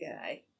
guy